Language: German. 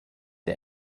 der